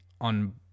on